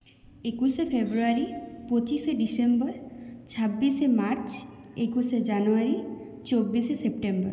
একুশে ফেব্রুয়ারি পঁচিশে ডিসেম্বর ছাব্বিশে মার্চ একুশে জানুয়ারি চব্বিশে সেপ্টেম্বর